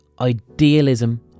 idealism